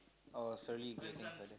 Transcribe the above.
oh sorry